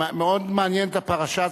מאוד מעניינת הפרשה הזאת,